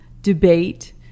debate